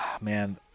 Man